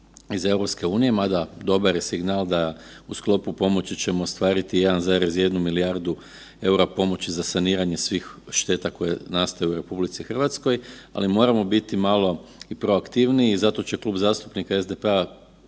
iz EU, mada, dobar je signal da u sklopu pomoći ćemo ostvariti 1,1 milijardu eura pomoći za saniranje svih šteta koje nastaju u RH, ali moramo biti malo i proaktivniji, zato će Klub zastupnika SDP-a